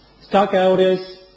Stockholders